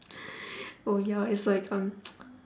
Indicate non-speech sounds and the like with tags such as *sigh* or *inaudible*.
oh ya it's like um *noise*